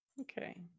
okay